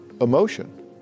emotion